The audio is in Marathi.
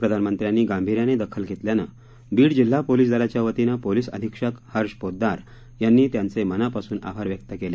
प्रधानमंत्र्यांनी गांभीर्याने दखल घेतल्यानं बीड जिल्हा पोलीस दलाच्या वतीनं पोलिस अधीक्षक हर्ष पोद्दार यांनी त्यांचे मनापासून आभार व्यक्त केले